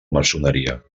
maçoneria